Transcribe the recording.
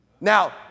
Now